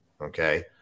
okay